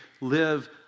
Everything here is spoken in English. live